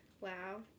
Wow